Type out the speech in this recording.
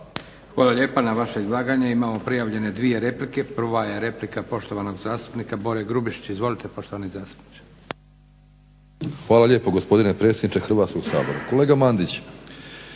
Hvala lijepa. Na vaše izlaganje imamo prijavljene dvije replike. Prva je replika poštovanog zastupnika Bore Grubišića. Izvolite poštovani zastupniče. **Grubišić, Boro (HDSSB)** Hvala lijepo gospodine predsjedniče Hrvatskog sabora. Kolega Mandić,